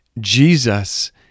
Jesus